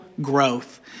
growth